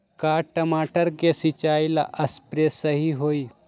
का टमाटर के सिचाई ला सप्रे सही होई?